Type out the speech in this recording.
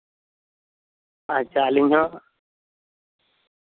ᱟᱪᱪᱷᱟ ᱟᱹᱞᱤᱧ ᱦᱚᱸ